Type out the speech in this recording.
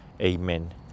Amen